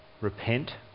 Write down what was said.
Repent